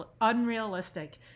unrealistic